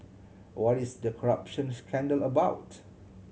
what is the corruption scandal about